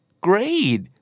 great